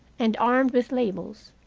and armed with labels.